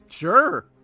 Sure